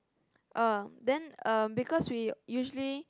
uh then um because we usually